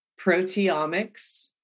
proteomics